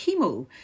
chemo